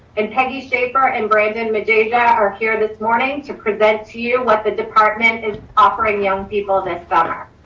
and peggy shaffer and brandon madeja are here this morning to present to you what the department is offering young people this summer.